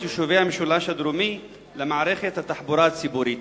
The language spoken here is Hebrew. יישובי המשולש הדרומי במערכת התחבורה הציבורית?